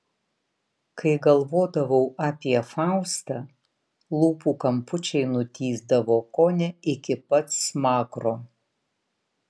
kai galvodavau apie faustą lūpų kampučiai nutįsdavo kone iki pat smakro